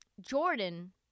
Jordan